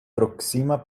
proksima